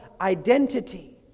identity